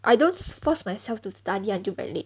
I don't force myself to study until very late